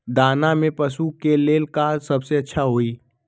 दाना में पशु के ले का सबसे अच्छा होई?